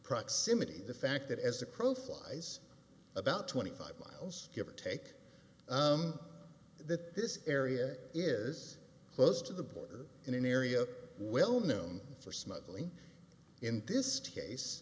proximity the fact that as the crow flies about twenty five miles give or take that this area is close to the border in an area well known for smuggling in this case